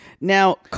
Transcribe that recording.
Now